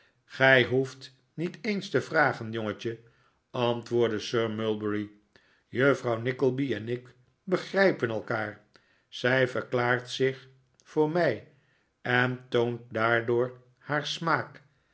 gij hoeft niet eens te vragen jongetje antwoordde sir mulberry juffrouw nickleby en ik begrijpen elkaar zij verklaart zich voor mij en toont daardoor haar smaak